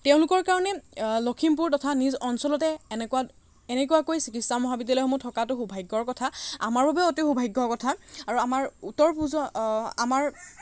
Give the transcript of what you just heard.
তেওঁলোকৰ কাৰণে লখিমপুৰ তথা নিজ অঞ্চলতে এনেকুৱা এনেকুৱাকৈ চিকিৎসা মহাবিদ্যালয়সমূহ থকাতো সৌভাগ্যৰ কথা আমাৰ বাবেও অতি সৌভাগ্যৰ কথা আৰু আমাৰ উত্তৰ আমাৰ